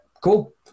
cool